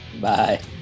Bye